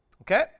Okay